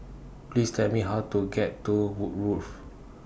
Please Tell Me How to get to Woodgrove